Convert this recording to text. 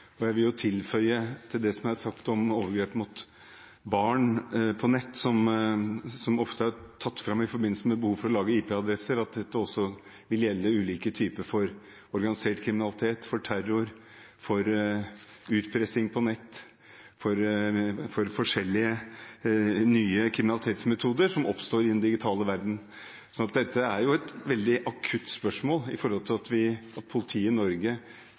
Jeg vil tilføye til det som er sagt om overgrep mot barn på nett – som ofte er tatt fram i forbindelse med behovet for å lagre IP-adresser – at dette også vil gjelde ulike typer organisert kriminalitet, terror, utpressing på nett og forskjellige nye kriminalitetsmetoder som oppstår i den digitale verden. Så dette er et veldig akutt spørsmål – med tanke på at politiet i Norge er ganske hjelpeløse når man ikke har